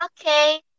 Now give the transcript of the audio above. Okay